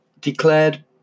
declared